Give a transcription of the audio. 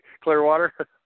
Clearwater